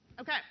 Okay